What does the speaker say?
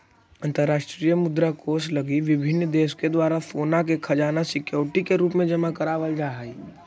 अंतरराष्ट्रीय मुद्रा कोष लगी विभिन्न देश के द्वारा सोना के खजाना सिक्योरिटी के रूप में जमा करावल जा हई